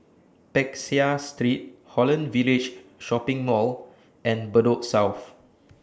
Peck Seah Street Holland Village Shopping Mall and Bedok South